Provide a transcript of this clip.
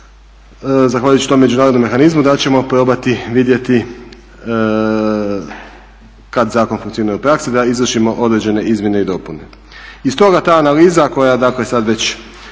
zahvaljujući tom međunarodnom mehanizmu da ćemo probati vidjeti kada zakon funkcionira u praksi da izvršimo određene izmjene i dopune. I stoga ta analiza koja sada već